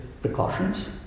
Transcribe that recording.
precautions